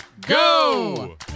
Go